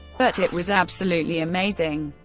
but it was absolutely amazing.